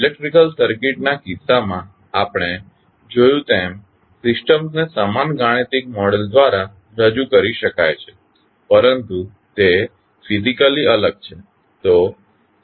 electrical circuits ના કિસ્સામાં આપણે જોયું તેમ સિસ્ટમ્સને સમાન ગાણિતિક મોડેલ દ્વારા રજૂ કરી શકાય છે પરંતુ તે ફીઝીકલી અલગ છે